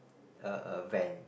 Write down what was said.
a a van